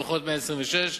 דוחות 126,